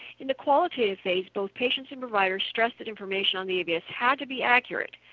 in the qualitative phase, both patients and providers stress that information on the avs had to be accurate.